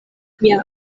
mia